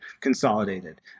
consolidated